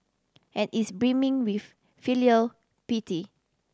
and is brimming with filial piety